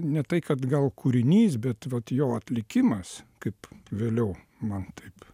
ne tai kad gal kūrinys bet vat jo atlikimas kaip vėliau man taip